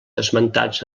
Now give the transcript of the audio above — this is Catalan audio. esmentats